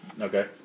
Okay